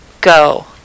Go